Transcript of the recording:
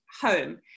home